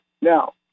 Now